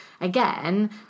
again